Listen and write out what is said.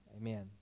Amen